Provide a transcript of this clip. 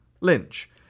Lynch